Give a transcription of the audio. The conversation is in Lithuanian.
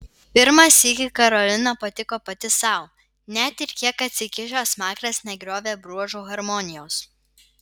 pirmą sykį karolina patiko pati sau net ir kiek atsikišęs smakras negriovė bruožų harmonijos